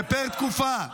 זה פר-תקופה.